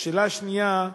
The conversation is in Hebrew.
השאלה השנייה,